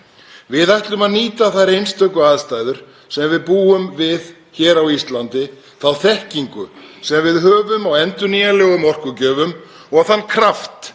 Við ætlum að nýta þær einstöku aðstæður sem við búum við hér á Íslandi, þá þekkingu sem við höfum á endurnýjanlegum orkugjöfum og þann kraft